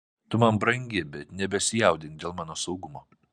tu man brangi bet nebesijaudink dėl mano saugumo